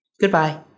Goodbye